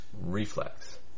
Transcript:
Reflex